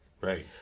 Right